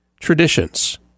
traditions